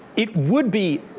it would be,